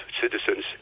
citizens